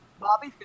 Bobby